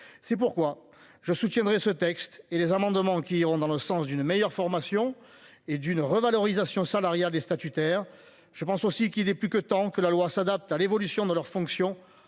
C'est pourquoi je soutiendrai ce texte et les amendements qui iront dans le sens d'une meilleure formation et d'une revalorisation salariale et statutaire. Je pense aussi qu'il est plus que temps que la loi s'adapte à l'évolution de leur fonction